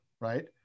right